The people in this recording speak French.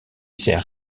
sert